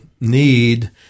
need